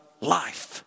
life